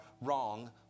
wrong